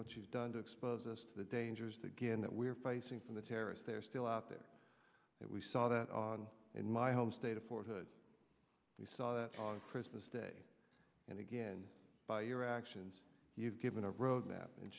she's done to expose us to the dangers that given that we're facing from the terrorists they're still out there that we saw that on in my home state of fort hood we saw that on christmas day and again by your actions you've given a road map and